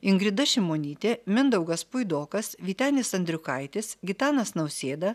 ingrida šimonytė mindaugas puidokas vytenis andriukaitis gitanas nausėda